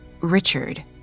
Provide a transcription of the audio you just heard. Richard